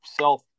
self